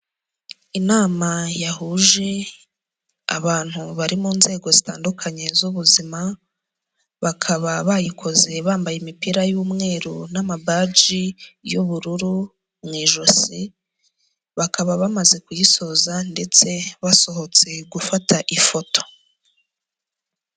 Inama yahuje abantu bari mu nzego zitandukanye z'ubuzima, bakaba bayikoze bambaye imipira y'umweru n'amabaji y'ubururu mu ijosi, bakaba bamaze kuyisoza ndetse basohotse gufata ifoto.